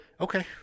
okay